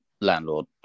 landlord